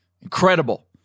Incredible